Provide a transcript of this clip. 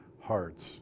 hearts